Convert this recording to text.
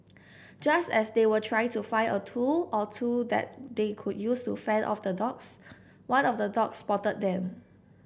just as they were trying to find a tool or two that they could use to fend off the dogs one of the dogs spotted them